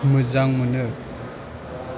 मोजां मोनो